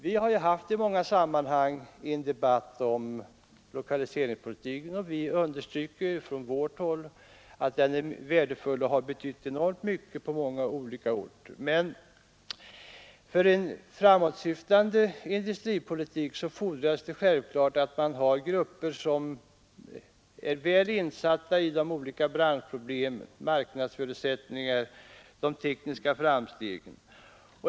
Vi har ju i många sammanhang haft en debatt om lokaliseringspolitiken, och vi understryker från vårt håll att den är värdefull och har betytt enormt mycket på många orter. Men för en framåtsyftande industripolitik fordras det självfallet att man har grupper som är väl insatta i de olika branschproblemen, i marknadsförutsättningarna och de tekniska framstegen.